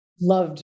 loved